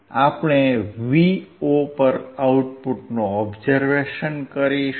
આપણે Vo પર આઉટપુટનું ઓબ્ઝરવેશન કરીશું